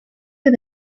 日本